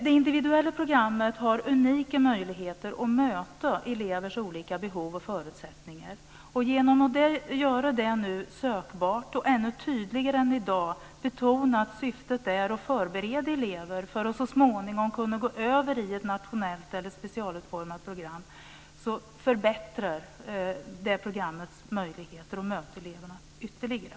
Det individuella programmet har unika möjligheter att möta elevers olika behov och förutsättningar, och genom att nu göra det sökbart och genom att ännu tydligare än i dag betona att syftet är att förbereda elever för att så småningom kunna gå över till ett nationellt eller specialutformat program förbättras programmets möjligheter att möta eleverna ytterligare.